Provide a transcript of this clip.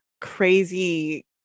crazy